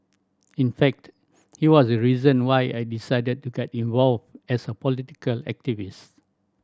in fact he was a reason why I decided to get involved as a political activist